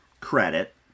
credit